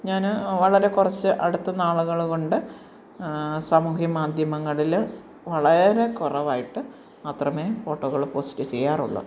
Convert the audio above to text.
ഞാൻ വളരെ കുറച്ച് അടുത്തുന്ന് ആളുകൾ കൊണ്ട് സാമൂഹ്യ മാധ്യമങ്ങളിൽ വളരെ കുറവായിട്ട് മാത്രമേ ഫോട്ടോകൾ പോസ്റ്റ് ചെയ്യാറുള്ളു